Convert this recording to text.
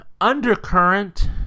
undercurrent